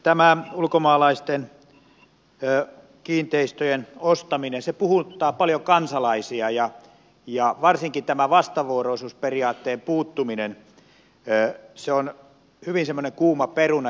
tämä ulkomaalaisten kiinteistöjen ostaminen puhuttaa paljon kansalaisia ja varsinkin tämän vastavuoroisuusperiaatteen puuttuminen on semmoinen hyvin kuuma peruna